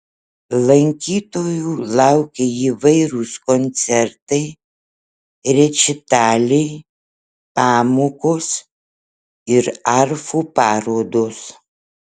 lankytojų laukia įvairūs koncertai rečitaliai pamokos ir arfų parodos